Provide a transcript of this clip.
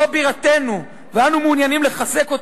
זאת בירתנו ואנחנו מעוניינים לחזק אותה,